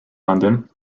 london